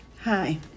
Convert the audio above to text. Hi